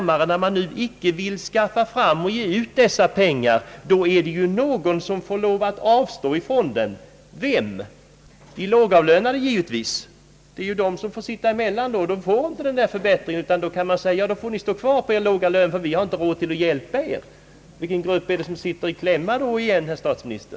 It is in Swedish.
Men om man nu inte vill skaffa fram och ge ut dessa pengar, då måste någon avstå från dem. Vem? Jo, de lågavlönade givetvis. Det är de som får sitta emellan. De får ingen förbättring, utan man säger: Ni får stå kvar på denna låga lön därför att vi inte har råd att hjälpa er. Vilken grupp är det som då sitter i kläm igen, herr statsminister?